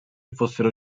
fossero